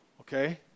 Okay